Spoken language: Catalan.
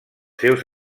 seus